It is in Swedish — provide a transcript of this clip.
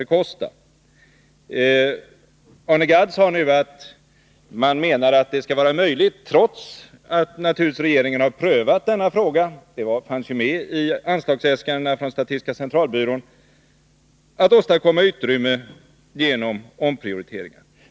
Arne Gadd säger nu att det, trots att regeringen naturligtvis har prövat denna fråga — den fanns ju med bland anslagsäskandena från statistiska centralbyrån — skall vara möjligt att åstadkomma utrymme genom omprioriteringar.